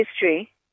history